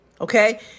Okay